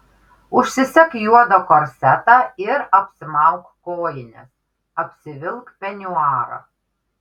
užsisek juodą korsetą ir apsimauk kojines apsivilk peniuarą